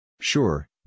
Sure